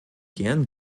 gern